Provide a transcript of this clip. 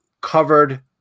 covered